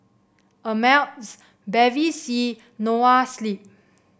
Ameltz Bevy C Noa Sleep